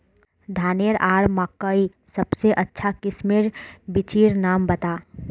धानेर आर मकई सबसे अच्छा किस्मेर बिच्चिर नाम बता?